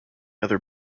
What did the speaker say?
other